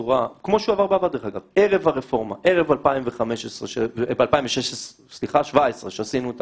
כמו שהוא עבר ערב הרפורמה שהבאנו את